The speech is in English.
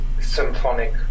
symphonic